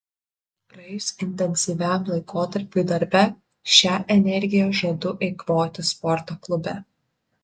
praėjus intensyviam laikotarpiui darbe šią energiją žadu eikvoti sporto klube